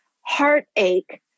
heartache